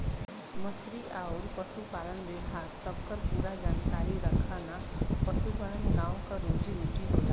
मछरी आउर पसुपालन विभाग सबकर पूरा जानकारी रखना पसुपालन गाँव क रोजी रोटी होला